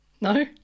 No